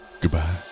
goodbye